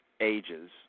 ages